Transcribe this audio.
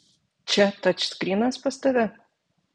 čia tačskrynas pas tave